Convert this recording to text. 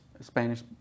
Spanish